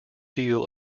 deal